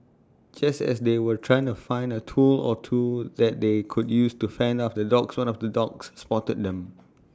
just as they were trying to find A tool or two that they could use to fend off the dogs one of the dogs spotted them